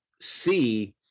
see